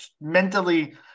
mentally